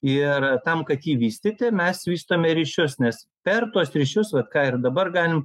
ir tam kad jį vystyti mes vystome ryšius nes per tuos ryšius vat ką ir dabar galim